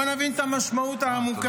בואו נבין את המשמעות העמוקה.